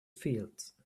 fields